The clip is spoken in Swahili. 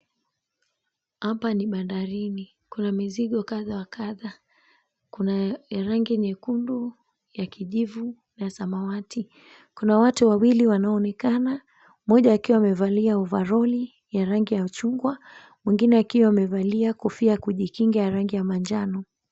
Hapa ni bandarini kuna mizigo kadhaa wa kadhaa, kuna ya rangi nyekundu, ya kijivu na ya samawati. Kuna watu wawili wanaonekana, mmoja akiwamevalia ovaroli ya rangi ya chungwa, mwingine akiwa amevalia kofia ya kujikinga ya rangi ya manjano.